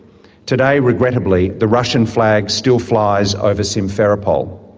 today, regrettably, the russian flag still flies over simferopol.